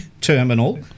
terminal